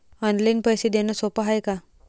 Online पैसे देण सोप हाय का?